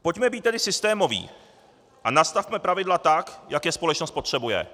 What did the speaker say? Pojďme být tedy systémoví a nastavme pravidla tak, jak je společnost potřebuje.